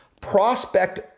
Prospect